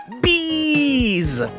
bees